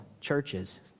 churches